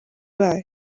bayo